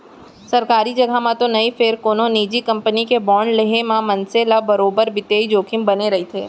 सरकारी जघा म तो नई फेर कोनो निजी कंपनी के बांड लेहे म मनसे ल बरोबर बित्तीय जोखिम बने रइथे